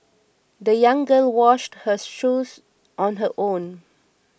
the young girl washed her shoes on her own